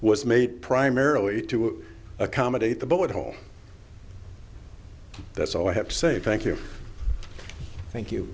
was made primarily to accommodate the bullet hole that's all i have to say thank you thank you